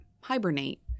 hibernate